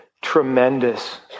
tremendous